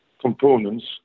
components